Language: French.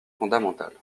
fondamental